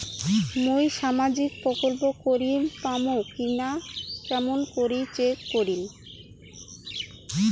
মুই সামাজিক প্রকল্প করির পাম কিনা কেমন করি চেক করিম?